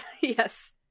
Yes